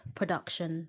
production